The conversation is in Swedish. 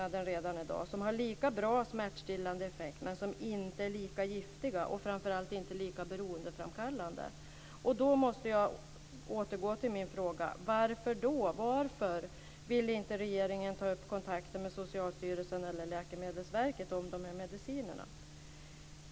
Det finns redan i dag mediciner på marknaden som har lika bra smärtstillande effekt men som inte är lika giftiga och framför allt inte lika beroendeframkallande. Då måste jag återgå till min fråga. Varför vill inte regeringen ta upp kontakter med Socialstyrelsen eller Läkemedelsverket om dessa mediciner?